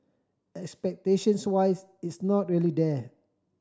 expectations wise it's not really there